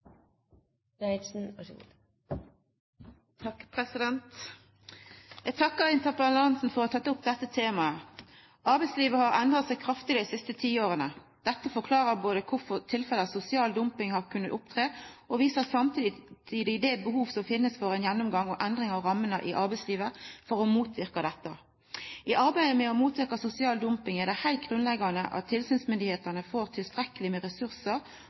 Eg takkar interpellanten for å ha teke opp dette temaet. Arbeidslivet har endra seg kraftig dei siste tiåra. Dette forklarer kvifor tilfelle av sosial dumping har kunna opptre, og viser samtidig behovet for ein gjennomgang og ei endring av rammene i arbeidslivet for å motverka dette. I arbeidet med å motverka sosial dumping er det heilt grunnleggjande at tilsynsmyndigheitene får tilstrekkeleg med ressursar